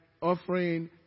Offering